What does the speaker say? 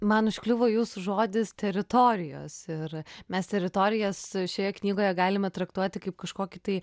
man užkliuvo jūsų žodis teritorijos ir mes teritorijas šioje knygoje galime traktuoti kaip kažkokį tai